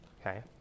okay